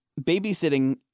Babysitting